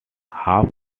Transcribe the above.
hall